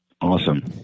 Awesome